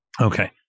Okay